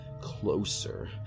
closer